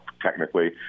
technically